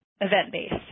event-based